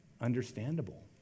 understandable